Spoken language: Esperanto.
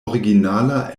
originala